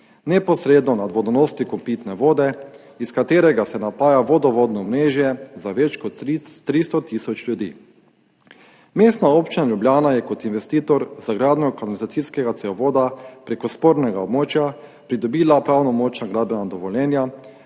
Neposredno nad vodonosnikom pitne vode, iz katerega se napaja vodovodno omrežje za več kot 300 tisoč ljudi. Mestna občina Ljubljana je kot investitor za gradnjo kanalizacijskega cevovoda preko spornega območja pridobila pravnomočna gradbena dovoljenja,